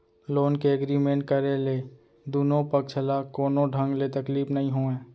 loan के agreement करे ले दुनो पक्छ ल कोनो ढंग ले तकलीफ नइ होवय